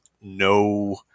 no